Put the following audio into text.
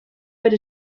per